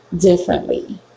differently